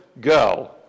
Go